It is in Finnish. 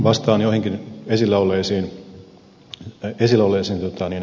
vastaan joihinkin esillä olleisiin seikkoihin